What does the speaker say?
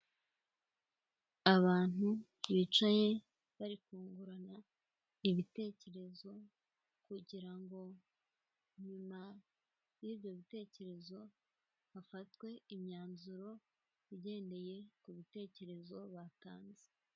Abantu bicaye bari kungurana ibitekerezo, kugira ngo nyuma y'ibyo bitekerezo, hafatwe imyanzuro igendeye ku bitekerezo batanze.